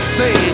say